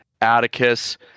Atticus